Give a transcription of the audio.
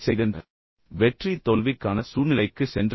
நான் போட்டியிட்டேனா வெற்றி தோல்விக்கான சூழ்நிலைக்கு சென்றேனா